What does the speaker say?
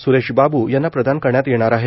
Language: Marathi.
सुरेश बाबू यांना प्रदान करण्यात येणार आहे